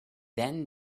then